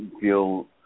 feel